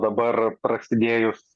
dabar prasidėjus